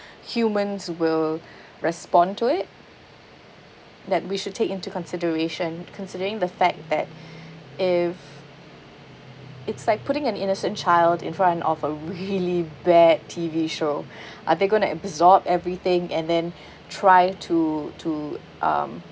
humans will respond to it that we should take into consideration considering the fact that if it's like putting an innocent child in front of a really bad T_V show are they going to absorb everything and then try to to um